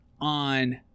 on